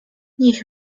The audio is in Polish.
niech